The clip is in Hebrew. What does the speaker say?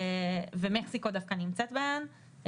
מקסיקו נמצאת בין המדינות הללו,